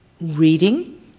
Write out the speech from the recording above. reading